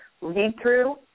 lead-through